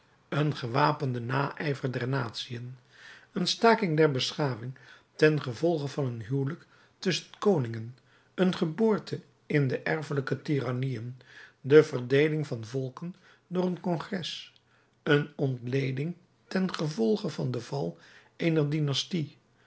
een gewapenden naijver der natiën een staking der beschaving ten gevolge van een huwelijk tusschen koningen een geboorte in de erfelijke tirannieën de verdeeling van volken door een congres een ontleding ten gevolge van den val eener dynastie